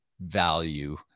value